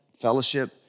fellowship